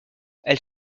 elle